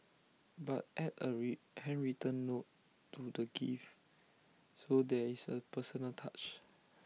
but add A handwritten note to the gift so there is A personal touch